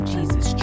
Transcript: Jesus